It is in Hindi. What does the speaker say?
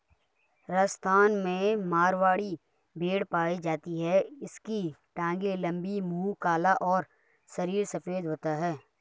राजस्थान में मारवाड़ी भेड़ पाई जाती है इसकी टांगे लंबी, मुंह काला और शरीर सफेद होता है